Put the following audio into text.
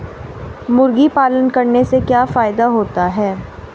मुर्गी पालन करने से क्या फायदा होता है?